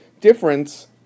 difference